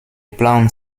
plan